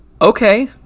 okay